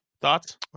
Thoughts